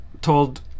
told